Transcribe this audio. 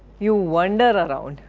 you wander around,